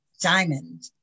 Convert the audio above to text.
diamond